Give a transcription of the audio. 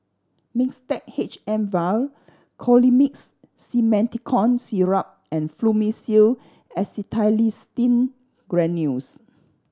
Mixtard H M Vial Colimix Simethicone Syrup and Fluimucil Acetylcysteine Granules